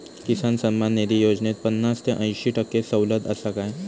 किसान सन्मान निधी योजनेत पन्नास ते अंयशी टक्के सवलत आसा काय?